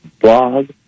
blog